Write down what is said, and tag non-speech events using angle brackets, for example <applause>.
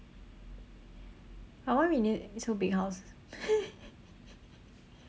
but why we need so big house <laughs>